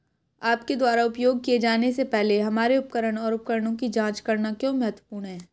आपके द्वारा उपयोग किए जाने से पहले हमारे उपकरण और उपकरणों की जांच करना क्यों महत्वपूर्ण है?